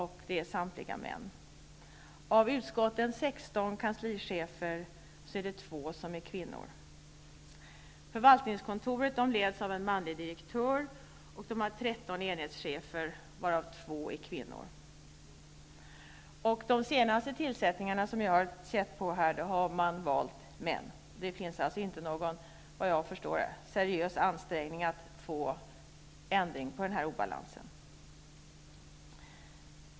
Samtliga är män. Av utskottens sexton kanslichefer är två kvinnor. Förvaltningskontoret leds av en manlig direktör. Det finns tretton enhetschefer, varav två är kvinnor. Vid de senaste tillsättningarna som jag har sett har man valt män. Det finns alltså inte någon seriös ansträngning att få ändring på den här obalansen, vad jag förstår.